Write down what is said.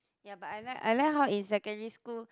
ya but I like I like how in secondary school